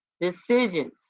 decisions